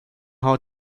how